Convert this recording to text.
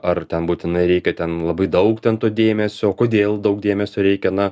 ar ten būtinai reikia ten labai daug ten to dėmesio kodėl daug dėmesio reikia na